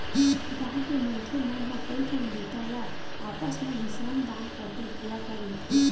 गाँव के मनखे मन ह कइठन बूता ल आपस म ही श्रम दान करके पूरा कर लेथे